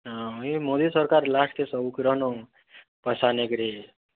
ହଁ ଏ ମୋଦି ସରକାର୍ ଗିରାନୁ ପଇସା ନେଇ କରି